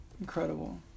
Incredible